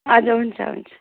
हजुर हुन्छ हुन्छ